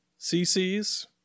cc's